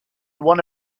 one